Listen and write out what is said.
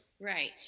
Right